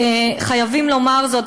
וחייבים לומר זאת,